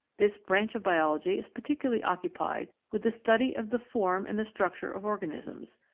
this branch of biology is particularly occupied with the study of the form and the structure of organisms,